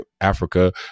africa